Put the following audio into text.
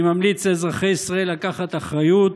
אני ממליץ לאזרחי ישראל לקחת אחריות,